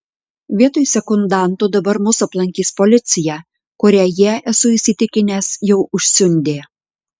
vietoj sekundantų dabar mus aplankys policija kurią jie esu įsitikinęs jau užsiundė